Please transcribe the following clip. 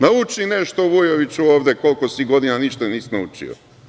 Nauči nešto, Vujoviću, koliko si godina ovde, ništa nisi naučio.